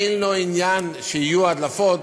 אין לו עניין שיהיו הדלפות,